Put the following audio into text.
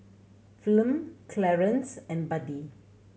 Flem Clarence and Buddie